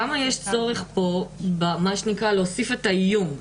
למה יש צורך להוסיף את האיום?